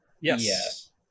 Yes